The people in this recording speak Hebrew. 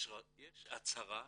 יש הצהרה,